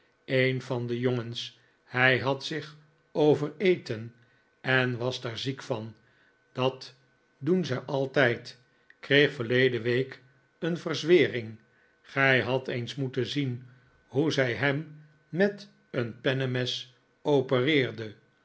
een van de jongens hij had zich overeten en was daar ziek van dat doen zij altijd kreeg verleden week een verzwering gij hadt eens moeten zien hoe zij hem met een pennemes opereerde